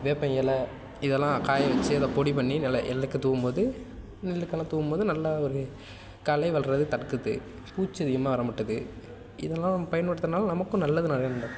வேப்ப இல இதெல்லாம் காய வச்சு அதை பொடி பண்ணி எள்ளுக்கும் தூவும்போது நெல்லுக்கெல்லாம் தூவும்போது நல்லா ஒரு களை வளரதை தடுக்குது பூச்சி அதிகமாக வரமாட்டுது இதெல்லாம் பயன்படுத்துகிறதனால நமக்கும் நல்லது நடக்கும்